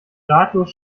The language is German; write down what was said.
ratlos